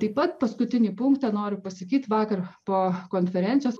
taip pat paskutinį punktą noriu pasakyt vakar po konferencijos